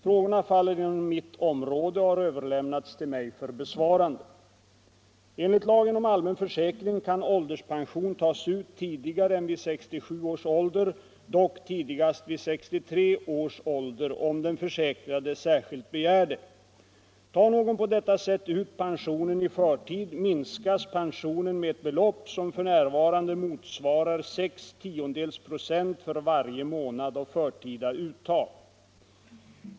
Frågorna faller inom mitt område och har överlämnats till mig för besvarande. Enligt lagen om allmän försäkring kan ålderspension tas ut tidigare än vid 67 års ålder dock tidigast vid 63 års ålder om den försäkrade särskilt begär det. Tar någon på detta sätt ut pensionen i förtid, minskas pensionen med ett belopp som f. n. motsvarar sex tiondels procent för varje månad av förtida uttag.